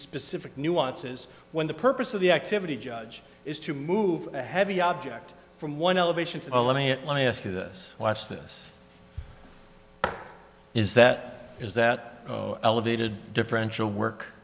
specific nuances when the purpose of the activity judge is to move heavy object from one elevation to let me at let me ask you this watch this is that is that elevated differential work